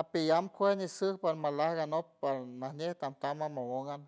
apiyam kuej ñisuj parmalaj anok par najñe tamtam mamon an.